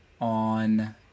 on